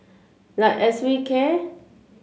like as we care